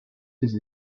des